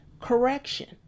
correction